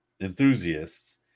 enthusiasts